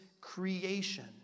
creation